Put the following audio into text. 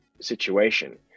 situation